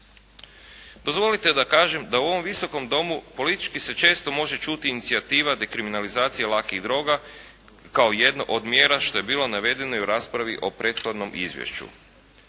Dozvolite da kažem da u ovom Visokom domu politički se često može čuti inicijativa dekriminalizacije lakih droga kao jedno od mjera što je bilo navedeno i u raspravi o prethodnom izvješću.